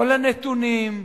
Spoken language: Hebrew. כל הנתונים,